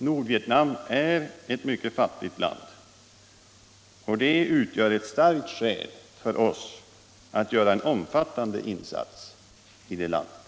Nordvietnam är ett mycket fattigt land, och detta är ett starkt skäl för oss att göra en omfattande insats i det landet.